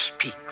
speak